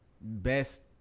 best